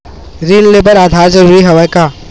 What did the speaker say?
ऋण ले बर आधार जरूरी हवय का?